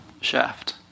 Shaft